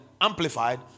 amplified